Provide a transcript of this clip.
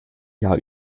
jahr